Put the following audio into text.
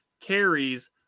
carries